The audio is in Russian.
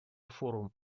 форум